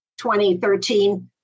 2013